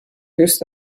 دوست